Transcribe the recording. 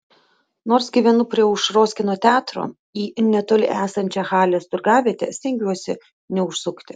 nors gyvenu prie aušros kino teatro į netoli esančią halės turgavietę stengiuosi neužsukti